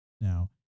Now